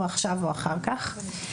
או עכשיו או אחר כך.